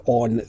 on